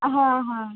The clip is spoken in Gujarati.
હા હા